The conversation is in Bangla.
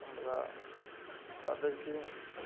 আমরা তাদেরকে